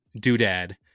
doodad